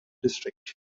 district